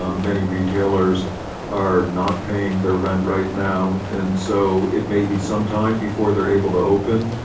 ah many retailers are not paying their rent right now. and so it may be some time before they're able to open,